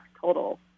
total